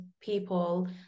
people